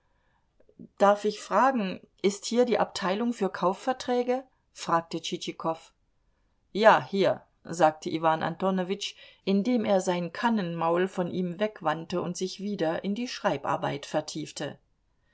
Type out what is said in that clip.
darf ich fragen ist hier die abteilung für kaufverträge fragte tschitschikow ja hier sagte iwan antonowitsch indem er sein kannenmaul von ihm wegwandte und sich wieder in die schreibarbeit vertiefte